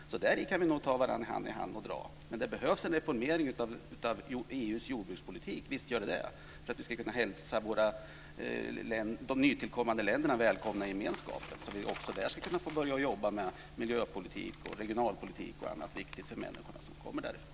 Där kan vi nog ta varandra i hand och dra. Men det behövs en reformering av EU:s jordbrukspolitik - visst gör det det - för att vi ska kunna hälsa de nytillkommande länderna välkomna i gemenskapen, så att vi också där ska kunna börja jobba med miljöpolitik och regionalpolitik och annat viktigt för människorna som kommer därifrån.